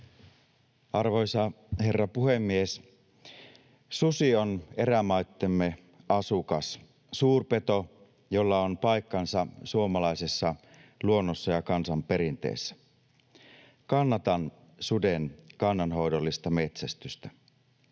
Arvoisa herra puhemies! Susi on erämaittemme asukas, suurpeto, jolla on paikkansa suomalaisessa luonnossa ja kansanperinteessä. Kannatan suden kannanhoidollista metsästystä.